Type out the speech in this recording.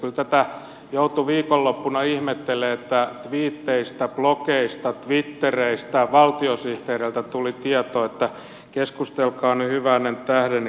kyllä tätä joutui viikonloppuna ihmettelemään että twiiteistä blogeista twittereistä valtiosihteereiltä tuli tietoa että keskustelkaa nyt hyvän tähden keskenänne